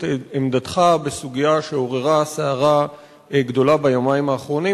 עמדתך בסוגיה שעוררה סערה גדולה ביומיים האחרונים.